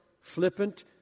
flippant